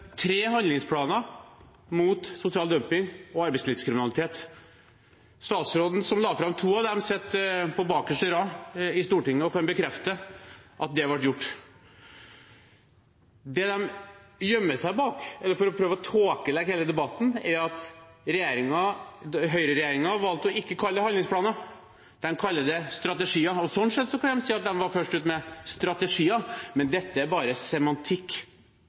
tre handlingsplaner mot sosial dumping og arbeidslivskriminalitet. Statsråden som la fram to av dem, sitter på bakerste rad i Stortinget og kan bekrefte at det ble gjort. Det de gjemmer seg bak, for å prøve å tåkelegge hele debatten, er at høyreregjeringen valgte ikke å kalle det handlingsplaner, de kaller det strategier, og sånn sett kan de si at de var først ute med strategier. Men dette er bare semantikk.